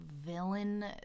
villain